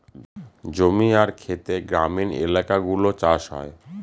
জমি আর খেতে গ্রামীণ এলাকাগুলো চাষ হয়